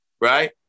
right